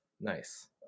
Nice